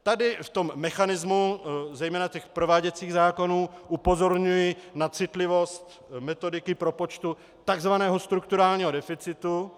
Tady v tom mechanismu zejména prováděcích zákonů upozorňuji na citlivost metodiky propočtu tzv. strukturálního deficitu.